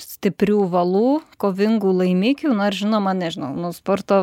stiprių valų kovingų laimikių na ir žinoma nežinau nu sporto